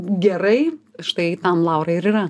gerai štai tam laurai ir yra